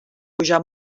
pujar